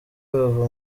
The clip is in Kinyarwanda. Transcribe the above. bava